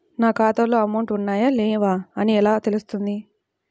నా ఖాతాలో అమౌంట్ ఉన్నాయా లేవా అని ఎలా తెలుస్తుంది?